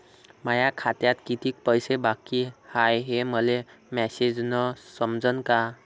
माया खात्यात कितीक पैसे बाकी हाय हे मले मॅसेजन समजनं का?